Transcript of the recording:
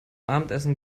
abendessen